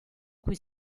cui